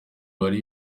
bari